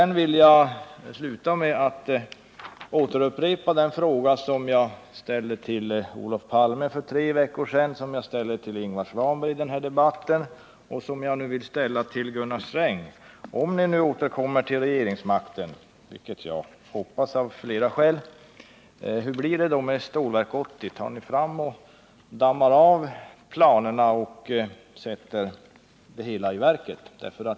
Jag vill sluta med att åter upprepa den fråga som jag ställde till Olof Palme för tre veckor sedan, som jag ställt till Ingvar Svanberg i den här debatten och nu vill ställa till Gunnar Sträng: Om ni återkommer till regeringsmakten — vilket jag hoppas av flera skäl — hur blir det då med Stålverk 80? Tar ni fram och dammar av planerna och sätter det hela i verket?